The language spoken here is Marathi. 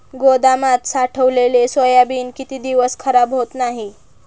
गोदामात साठवलेले सोयाबीन किती दिवस खराब होत नाही?